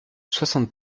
soixante